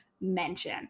mention